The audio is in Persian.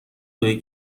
توئه